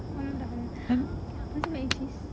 one with the halal ada mac and cheese